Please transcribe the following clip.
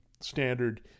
standard